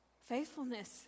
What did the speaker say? Faithfulness